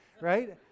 right